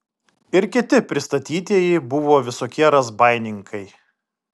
ir kiti pristatytieji buvo visokie razbaininkai